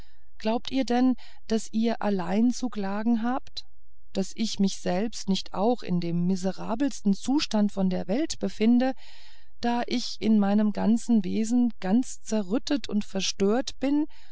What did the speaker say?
glaubt ihr denn daß ihr allein zu klagen habt daß ich mich selbst nicht auch in dem miserabelsten zustande von der welt befinde da ich in meinem ganzen wesen ganz zerrüttet und verstört bin